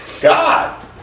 God